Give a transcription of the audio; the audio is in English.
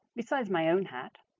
besides my own hat,